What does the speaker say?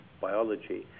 biology